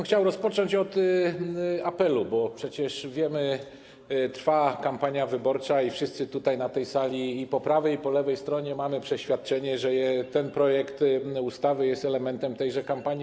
Chciałbym rozpocząć od apelu, bo przecież wiemy, że trwa kampania wyborcza i wszyscy tutaj, na tej sali, i po prawej, i po lewej stronie, mamy przeświadczenie, że ten projekt ustawy jest elementem tejże kampanii.